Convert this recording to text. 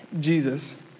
Jesus